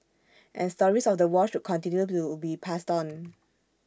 and stories of the war should continue to be passed on